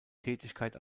tätigkeit